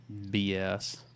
bs